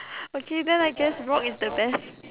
okay then I guess rock is the best